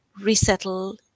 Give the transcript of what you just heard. resettle